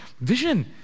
vision